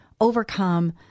overcome